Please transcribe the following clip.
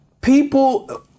People